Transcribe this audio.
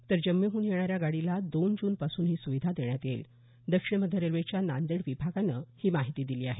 तर जम्मूहून येणाऱ्या गाडीला दोन जून पासून ही सुविधा देण्यात येईल दक्षिण मध्य रेल्वेच्या नांदेड विभागानं ही माहिती दिली आहे